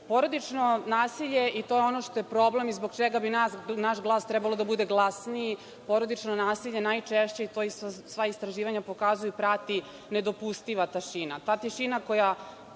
segment. Porodično nasilje i to je ono što je problem i zbog čega bi naš glas trebalo da bude glasniji, porodično nasilje najčešće, i to sva istraživanja pokazuju, prati nedopustiva tišina.